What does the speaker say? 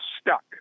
stuck